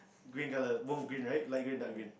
green colour both green right lighter darker